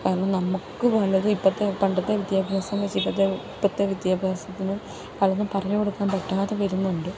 കാരണം നമുക്ക് വല്ലതും ഇപ്പത്തെ പണ്ടത്തെ വിദ്യാഭ്യാസം വെച്ച് ഇപ്പത്തെ ഇപ്പത്തെ വിദ്യാഭ്യാസത്തിനും പലതും പറഞ്ഞ് കൊടുക്കാൻ പറ്റാതെ വരുന്നുണ്ട്